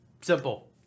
Simple